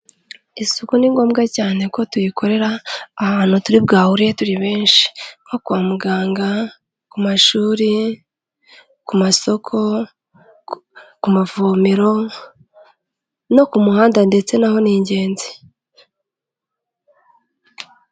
Isuku ni ngombwa cyane ko tuyikorera ahantu turi bwahuriye turi benshi, nko kwa muganga, ku mashuri, ku masoko, ku mavomero, no ku muhanda ndetse na ho ni ingenzi.